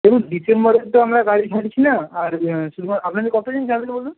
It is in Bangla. দেখুন ডিসেম্বরে তো আমরা গাড়ি ছাড়ছি না আর শুধু আপনাদের কত জন যাবেন বলুন